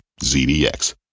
ZDX